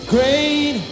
Great